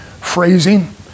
phrasing